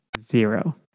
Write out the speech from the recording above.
Zero